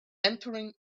entering